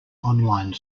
online